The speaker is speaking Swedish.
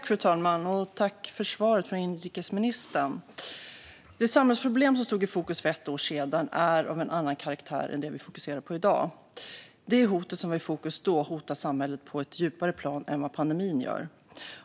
Fru talman! Jag tackar för svaret från inrikesministern. De samhällsproblem som stod i fokus för ett år sedan är av en annan karaktär än det vi fokuserar på i dag. Det hot som var i fokus då hotar samhället på ett djupare plan än vad pandemin gör.